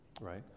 right